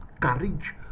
courage